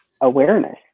awareness